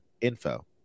info